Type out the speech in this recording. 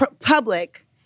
public